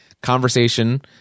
conversation